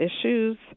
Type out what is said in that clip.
issues